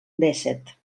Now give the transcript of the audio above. dèsset